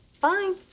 fine